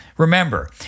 Remember